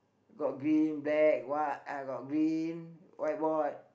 got green black white and got green whiteboard